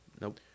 Nope